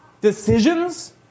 decisions